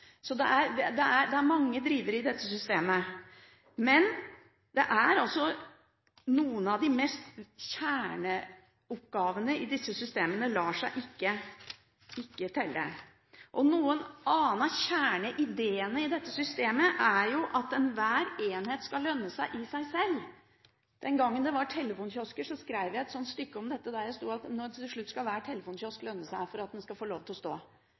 det er mange drivere i dette systemet. Men kjerneoppgavene i disse systemene lar seg ikke telle. En annen av kjerneideene i dette systemet er at enhver enhet skal lønne seg i seg sjøl. Den gangen det var telefonkiosker, skrev jeg et stykke om dette, der det sto til slutt at hver telefonkiosk må lønne seg for at den skal få lov til å stå.